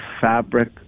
fabric